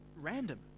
random